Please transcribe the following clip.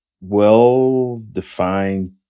well-defined